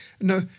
no